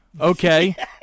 Okay